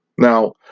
Now